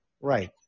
Right